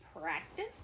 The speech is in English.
practice